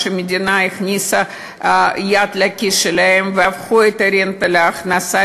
שהמדינה הכניסה יד לכיס שלהם והפכו את הרנטה להכנסה,